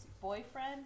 boyfriend